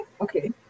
Okay